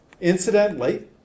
incidentally